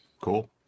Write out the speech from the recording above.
Cool